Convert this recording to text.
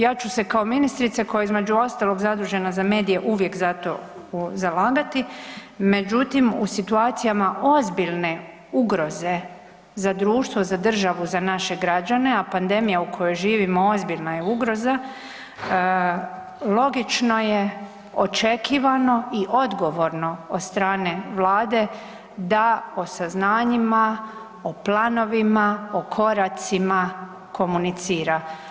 Ja ću se kao ministrica koja je između ostalog zadužena za medije uvijek za to zalagati, međutim u situacijama ozbiljne ugroze za društvo, za državu, za naše građane, a pandemija u kojoj živimo ozbiljna je ugroza logično je, očekivano i odgovorno od strane Vlade da o saznanjima, o planovima, o koracima komunicira.